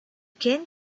can